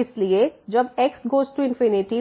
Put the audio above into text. इसलिए जब x goes to